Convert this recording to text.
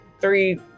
three